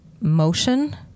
motion